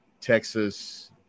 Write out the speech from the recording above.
Texas